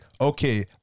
okay